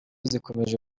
zikomeje